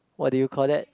what do you call that